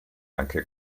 anche